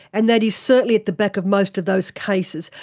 and that is certainly at the back of most of those cases,